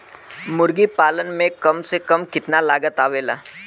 मुर्गी पालन में कम से कम कितना लागत आवेला?